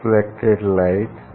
आपके अटेंशन के लिए धन्यवाद्